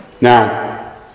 Now